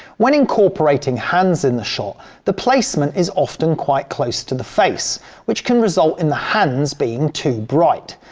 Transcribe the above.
when incorporating hands in the shot the placement is often quite close to the face which can result in the hands being too bright.